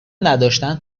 نداشتن